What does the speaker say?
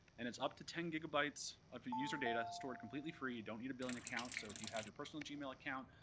and it's up to ten gigabytes of user data stored completely free. you don't need a billing account. so if you have your personal email account,